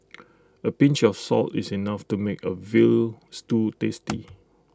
A pinch of salt is enough to make A Veal Stew tasty